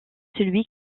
celui